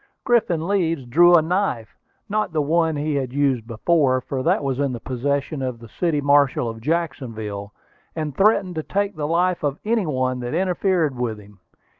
griffin leeds drew a knife not the one he had used before, for that was in the possession of the city marshal of jacksonville and threatened to take the life of any one that interfered with him.